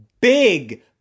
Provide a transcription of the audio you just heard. Big